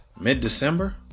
mid-December